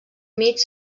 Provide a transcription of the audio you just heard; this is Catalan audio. mig